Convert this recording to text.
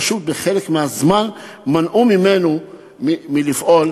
ופשוט בחלק מהזמן מנעו ממנו לפעול.